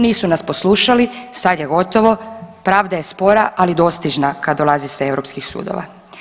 Nisu nas poslušali, sad je gotovo, pravda je spora ali dostižna kad dolazi sa europskih sudova.